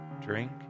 drink